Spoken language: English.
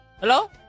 Hello